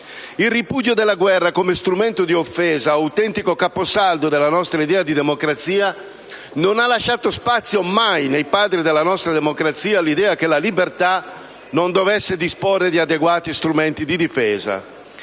Il ripudio della guerra come strumento di offesa, autentico caposaldo della nostra idea di democrazia, non ha mai lasciato spazio nei padri della nostra democrazia all'idea che la libertà non dovesse disporre di adeguati strumenti di difesa.